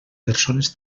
persones